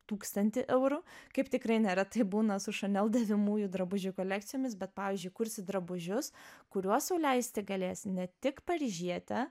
tūkstantį eurų kaip tikrai neretai būna su chanel dėvimųjų drabužių kolekcijomis bet pavyzdžiui kursi drabužius kuriuos sau leisti galės ne tik paryžietė